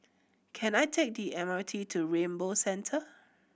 can I take the M R T to Rainbow Centre